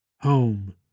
Home